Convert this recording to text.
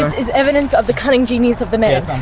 this is evidence of the cunning genius of the man.